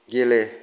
गेले